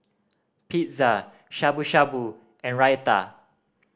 Pizza Shabu Shabu and Raita